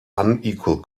unequal